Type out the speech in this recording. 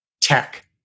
tech